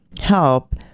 help